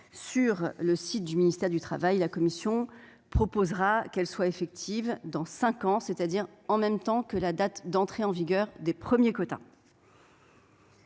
sur le site du ministère du travail, la commission propose qu'elle soit effective dans cinq ans, c'est-à-dire au moment de l'entrée en vigueur des premiers quotas.